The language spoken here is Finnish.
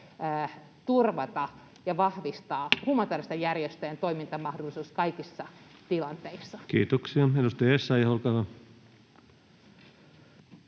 humanitääristen järjestöjen toimintamahdollisuuksia kaikissa tilanteissa? Kiitoksia. — Edustaja Essayah, olkaa hyvä.